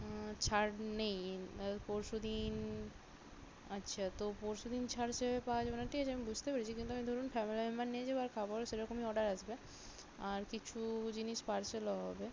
ছাড় নেই তাহলে পরশু দিন আচ্ছা তো পরশু দিন ছাড় হিসেবে পাওয়া যাবে না ঠিক আছে আমি বুঝতে পেরেছি কিন্তু আমি ধরুন ফ্যামিলি মেম্বার নিয়ে যাবো আর খাবারও সেরকমই অর্ডার আসবে আর কিছু জিনিস পার্সেলও হবে